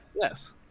Yes